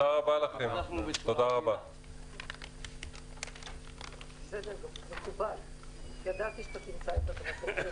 הישיבה ננעלה בשעה 12:17.